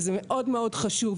וזה מאוד מאוד חשוב,